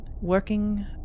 working